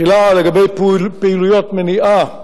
ותחילה לגבי פעילויות מניעה: